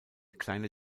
kleiner